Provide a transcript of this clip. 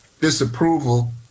disapproval